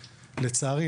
לצערי,